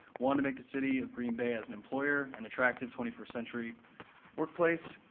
one to make the city of green bay as an employer an attractive twenty first century workplace,